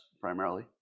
primarily